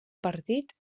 partit